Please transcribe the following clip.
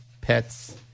pets